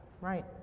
right